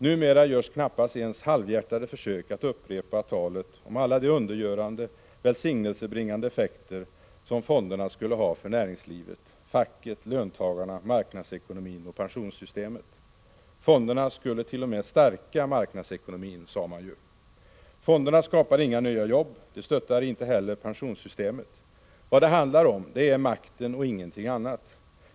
Numera görs knappast ens halvhjärtade försök att upprepa talet om alla de undergörande, välsignelsebringande effekter som fonderna skulle ha för näringslivet, facket, löntagarna, marknadsekonomin och pensionssystemet. Fonderna skulle t.o.m. stärka marknadsekonomin, sade man ju! Fonderna skapar inga nya jobb. De stöttar inte heller pensionssystemet. Vad det handlar om är makten och ingenting annat.